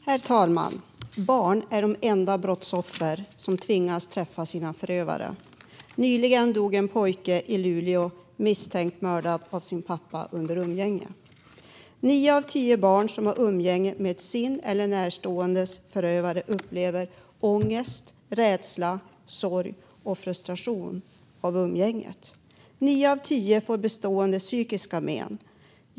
Herr talman! Barn är de enda brottsoffer som tvingas träffa sina förövare. Nyligen dog en pojke i Luleå, misstänkt mördad av sin pappa under umgänge. Nio av tio barn som har umgänge med sin eller närståendes förövare upplever ångest, rädsla, sorg och frustration av umgänget. Nio av tio får bestående psykiska men.